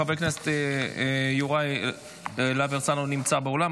חבר הכנסת יוראי להב הרצנו נמצא באולם,